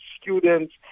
students